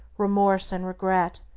remorse, and regret,